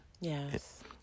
Yes